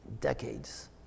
decades